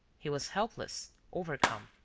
he was helpless, overcome.